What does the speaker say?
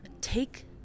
Take